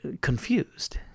confused